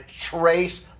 trace